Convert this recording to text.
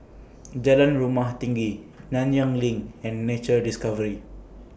Jalan Rumah Tinggi Nanyang LINK and Nature Discovery